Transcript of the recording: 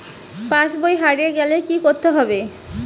পাশবই হারিয়ে গেলে কি করতে হবে?